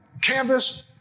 canvas